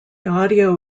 audio